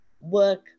work